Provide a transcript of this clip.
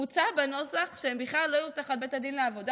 מוצע בנוסח שהן בכלל לא יהיו תחת בית הדין לעבודה,